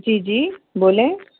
جی جی بولیں